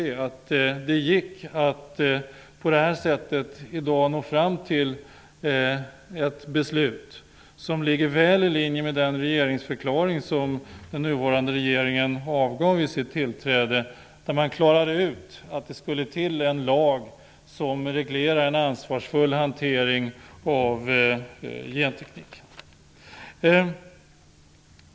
Jag är glad över att det gick att på det här sättet i dag nå fram till ett beslut som ligger väl i linje med den regeringsförklaring som den nuvarande regeringen avgav vid sitt tillträde. Där klargjorde man att det skulle till en lag som reglerar en ansvarsfull hantering av genteknik.